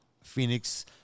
Phoenix